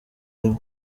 rimwe